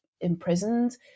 imprisoned